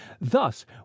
Thus